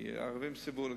כי הערבים סירבו לקבל,